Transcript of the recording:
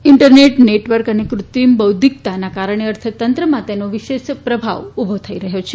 internet network અને કૃત્રિમ બૌાધ્ધકતાના કારણે અર્થતંત્રમાં તેનો વિશેષ પ્રભાવ ઉભો થઇ રહ્યો છે